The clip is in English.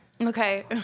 Okay